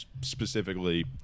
specifically